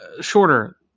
shorter